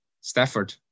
Stafford